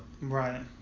Right